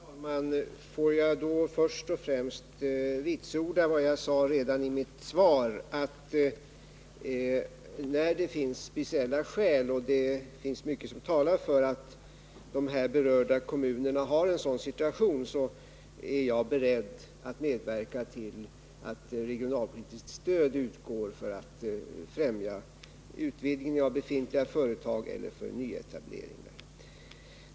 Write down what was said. Herr talman! Får jag då först och främst vitsorda vad jag sade redan i mitt svar, nämligen att när det finns speciella skäl — och det finns mycket som talar för att de här berörda kommunerna har en sådan situation — är jag beredd att medverka till ett regionalpolitiskt stöd för att främja utvidgningen av befintliga företag eller nyetableringar.